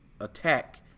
attack